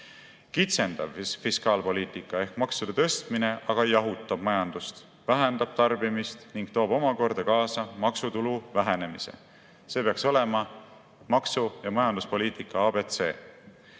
Kitsendav fiskaalpoliitika ehk maksude tõstmine jahutab majandust, vähendab tarbimist ning toob omakorda kaasa maksutulu vähenemise. See peaks olema maksu- ja majanduspoliitika ABC.